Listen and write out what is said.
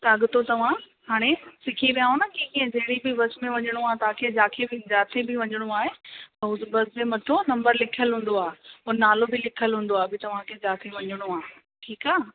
त अॻि तव्हां हाणे सिखी वियव न की कीअं जहिड़ी बि बस में वञिणो आहे तव्हांखे जंहिंखे बि जिथे भी वञिणो आहे हुन बस जे मथां नम्बर लिखियलु हूंदो आहे ऐं नालो बि लिखियलु हूंदो आहे भई तव्हांखे जिथे वञिणो आ ठीकु आहे